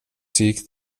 seek